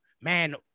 man